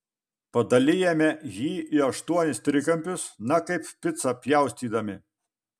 padalijame jį į aštuonis trikampius na kaip picą pjaustydami